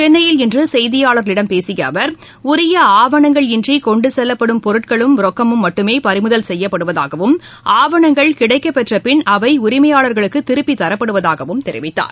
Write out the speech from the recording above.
சென்னையில் இன்றுசெய்தியாள்களிடம் பேசியஅவர் உரிய ஆவணங்கள் இன்றிகொண்டுசெல்லப்படும் பொருட்களும் ரொக்கமும் மட்டுமேபறிமுதல் செய்யப்படுவதாகவும் கிடைக்கப்பெற்றபின் அவைஉரிமையாள்களுக்குதிருப்பித் தரப்படுவதாகவும் ஆவணங்கள் தெரிவித்தார்